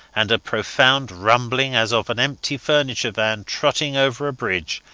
and a profound rumbling, as of an empty furniture van trotting over a bridge,